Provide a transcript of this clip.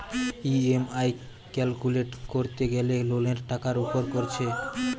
EMI calculate কোরতে গ্যালে লোনের টাকার উপর কোরছে